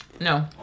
No